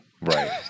Right